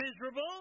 miserable